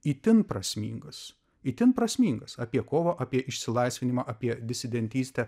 itin prasmingas itin prasmingas apie kovą apie išsilaisvinimą apie disidentystę